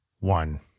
One